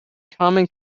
common